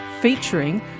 featuring